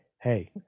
hey